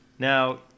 Now